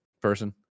person